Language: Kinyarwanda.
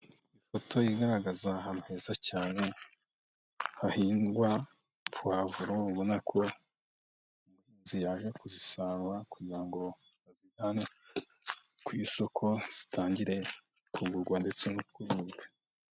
Ifoto igaragaza ahantu heza cyane hahingwa puwavuro ubona ko umuhinzi yaje kuzisanga kugira ngo bazijyane ku isoko zitangire kugurwa ndetse no kuribwa.